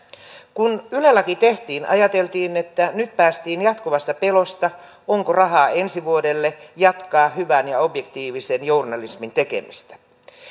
kun yle laki tehtiin ajateltiin että nyt päästiin jatkuvasta pelosta onko rahaa ensi vuodelle jatkaa hyvän ja objektiivisen journalismin tekemistä